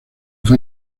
fue